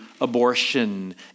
abortion